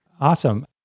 Awesome